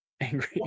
Angry